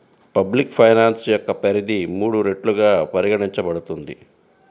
public finance యొక్క పరిధి మూడు రెట్లుగా పరిగణించబడుతుంది